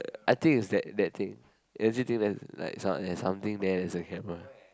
I think it's that that thing don't you think that's like some there's something there that has a camera